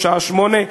בשעה 20:00,